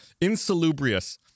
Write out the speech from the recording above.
Insalubrious